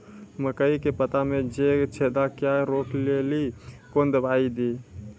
मकई के पता मे जे छेदा क्या रोक ले ली कौन दवाई दी?